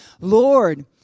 Lord